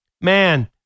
Man